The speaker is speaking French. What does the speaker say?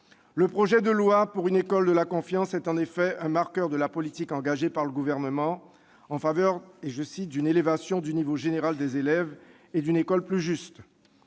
Le projet de loi pour une école de la confiance est en effet un marqueur de la politique engagée par le Gouvernement en faveur d'une « élévation du niveau général des élèves » et d'une école plus juste.